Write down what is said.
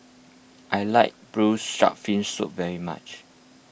I like Braised Shark Fin Soup very much